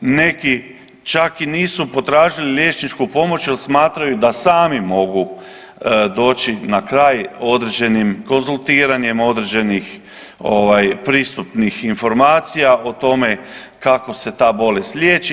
Neki čak i nisu potražili liječniku pomoć jer smatraju da sami mogu doći na kraj određenim konzultiranjem određenih pristupnih informacija o tome kako se ta bolest liječi.